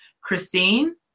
Christine